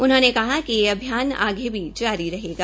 उन्होंने कहा कि यह अभियान आगे भी जारी रहेगा